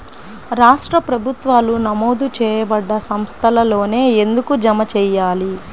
రాష్ట్ర ప్రభుత్వాలు నమోదు చేయబడ్డ సంస్థలలోనే ఎందుకు జమ చెయ్యాలి?